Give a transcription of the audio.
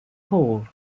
paul